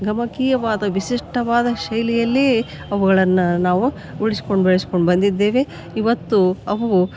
ಗಮಕೀಯವಾದ ವಿಶಿಷ್ಟವಾದ ಶೈಲಿಯಲ್ಲಿ ಅವುಗಳನ್ನು ನಾವು ಉಳ್ಸ್ಕೊಂಡು ಬೆಳ್ಸ್ಕೊಂಡು ಬಂದಿದ್ದೇವೆ ಇವತ್ತು ಅವು